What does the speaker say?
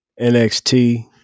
NXT